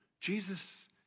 Jesus